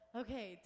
okay